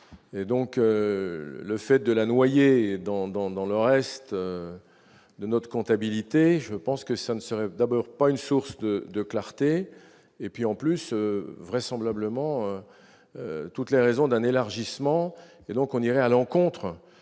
et donc le fait de la noyer dans dans dans le reste de notre comptabilité je pense que ça ne serait d'abord pas une source de de clarté et puis en plus vraisemblablement toutes les raisons d'un élargissement et donc on irait à l'encontre